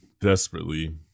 desperately